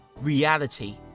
reality